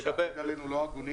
אמר עלינו "לא הגונים".